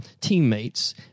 teammates